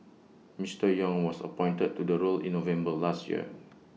Mister Yong was appointed to the role in November last year